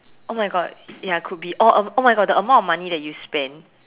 oh my God ya could be or uh oh my God the amount of money that you spend